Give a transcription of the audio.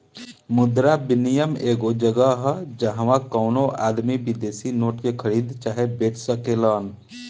मुद्रा विनियम एगो जगह ह जाहवा कवनो आदमी विदेशी नोट के खरीद चाहे बेच सकेलेन